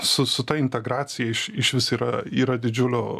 su su ta integracija iš išvis yra yra didžiulio